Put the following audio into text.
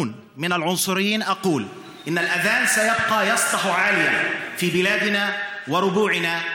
אני אומר: האד'אן יהדהד בקול רם ברחבי ארצנו.